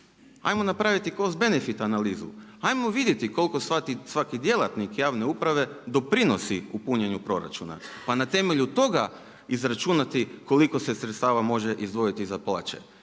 ajmo napraviti cost benefit analizu, ajmo vidjeti koliko svaki djelatnik javne uprave doprinosi u punjenju proračuna, pa na temelju toga izračunati koliko se sredstava može izdvojiti za plaće